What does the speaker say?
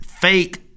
fake